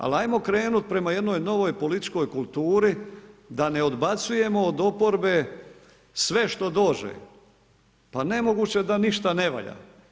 Ali, ajmo krenuti, prema jednoj novoj političkoj kulturi, da ne odbacujemo od oporbe sve što dođe, pa nemoguće da ništa ne valja.